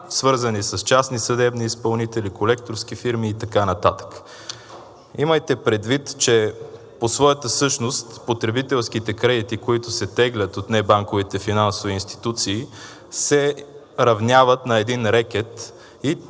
свързани с частни съдебни изпълнители, колекторски фирми и така нататък. Имайте предвид, че по своята същност потребителските кредити, които се теглят от небанковите финансови институции, се равняват на един рекет и този